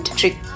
trick